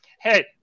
Hey